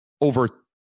over